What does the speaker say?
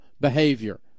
behavior